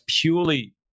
purely